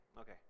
Okay